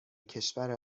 کشور